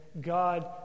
God